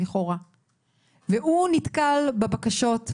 הוא נתקל בבקשות,